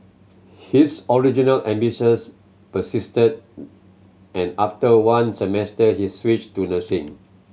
his original ambitions persisted and after one semester he switched to nursing